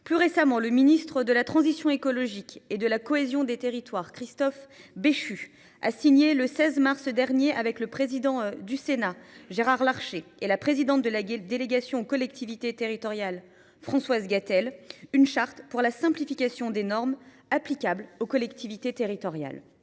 mars 2023 –, le ministre de la transition écologique et de la cohésion des territoires, Christophe Béchu, a signé avec le président du Sénat, Gérard Larcher, et la présidente de la délégation aux collectivités territoriales du Sénat, Françoise Gatel, une charte pour la simplification des normes applicables aux collectivités territoriales.